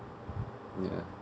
ya